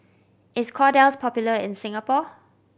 is Kordel's popular in Singapore